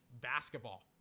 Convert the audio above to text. basketball